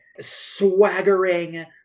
swaggering